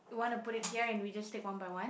wanna put it here and we just take one by one